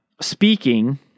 speaking